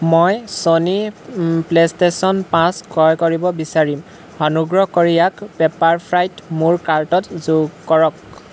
মই Sony PlayStation পাঁচ ক্ৰয় কৰিব বিচাৰিম অনুগ্ৰহ কৰি ইয়াক পেপাৰফ্ৰাইত মোৰ কাৰ্টত যোগ কৰক